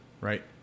right